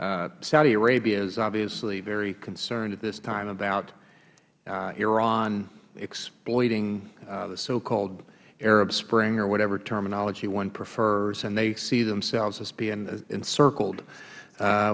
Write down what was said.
saudi arabia is obviously very concerned at this time about iran exploiting the so called arab spring or whatever terminology one prefers and they seem themselves as being encircled